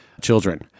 children